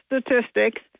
statistics